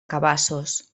cabassos